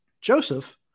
Joseph